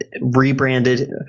rebranded